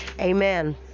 Amen